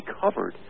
covered